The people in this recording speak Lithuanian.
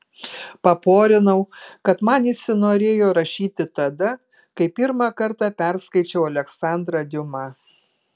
paporinau kad man įsinorėjo rašyti tada kai pirmą kartą perskaičiau aleksandrą diuma